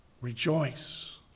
rejoice